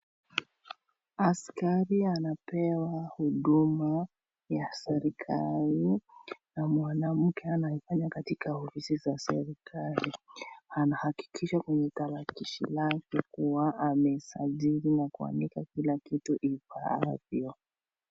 Askari anapewa huduma ya serikali na mwanamke anayefanya katika ofisi za serikali, anahakikisha kwenye tarakilishi lake kuwa amesajili na kuandika kila kitu ifaavyo.